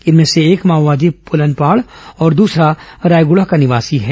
इनमें से एक माओवादी पुलनपाड़ और दूसरा रायगुड़ा का निवासी है